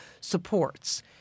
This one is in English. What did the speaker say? supports